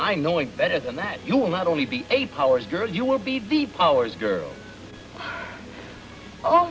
i knowing better than that you will not only be a power girl you will be the powers girl oh